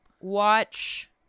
Watch